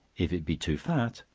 if it be too fat,